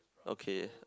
okay